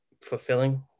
Fulfilling